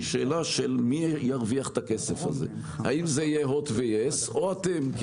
היא מי ירוויח את הכסף הזה: האם זה יהיה הוט ויס או אתם?